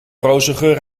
rozengeur